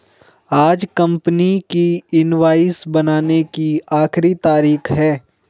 आज कंपनी की इनवॉइस बनाने की आखिरी तारीख है